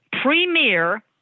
premier